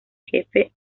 jefe